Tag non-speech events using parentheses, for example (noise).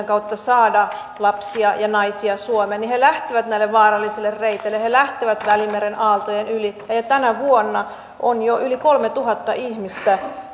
(unintelligible) kautta saada lapsia ja naisia suomeen niin he lähtevät näille vaarallisille reiteille he lähtevät välimeren aaltojen yli ja tänä vuonna on yli kolmetuhatta ihmistä (unintelligible)